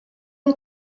him